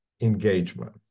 engagement